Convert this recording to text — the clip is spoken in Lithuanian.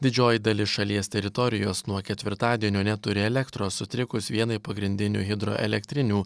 didžioji dalis šalies teritorijos nuo ketvirtadienio neturi elektros sutrikus vienai pagrindinių hidroelektrinių